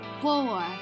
Four